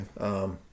Okay